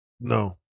No